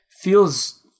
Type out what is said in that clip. feels